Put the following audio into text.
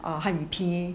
err 汉语拼音